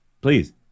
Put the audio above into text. please